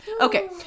Okay